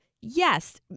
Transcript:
yes